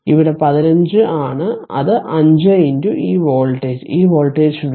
ഇവിടെ 15 ആണ് ഇത് 5 ഈ വോൾട്ടേജ് ഈ വോൾട്ടേജ് v